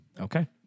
Okay